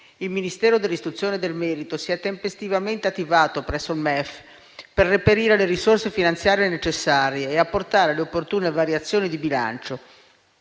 il Ministero dell'istruzione e del merito si è tempestivamente attivato presso il MEF per reperire le risorse finanziarie necessarie e apportare le opportune variazioni di bilancio